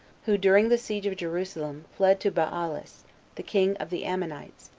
who, during the siege of jerusalem, fled to baalis, the king of the ammonites,